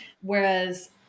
Whereas